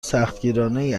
سختگیرانهای